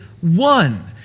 one